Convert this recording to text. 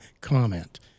comment